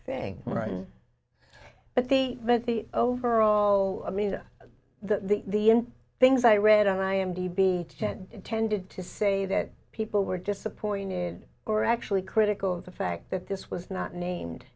thing right but the but the overall i mean the the things i read on i m d b chat tended to say that people were disappointed or actually critical of the fact that this was not named